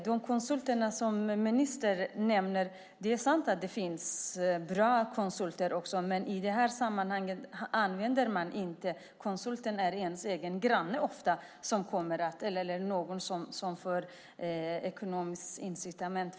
Det är sant som ministern säger att det finns bra konsulter också. Men i det här sammanhanget använder man inte sådana, utan konsulten är ofta ens egen granne eller någon som har ekonomiska incitament.